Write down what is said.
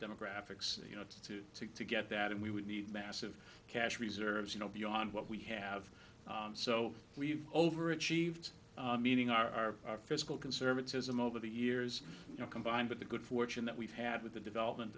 demographics you know to to to get that and we would need massive cash reserves you know beyond what we have so we've overachieved meaning our fiscal conservatism over the years you know combined with the good fortune that we've had with the development